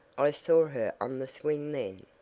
i saw her on the swing then.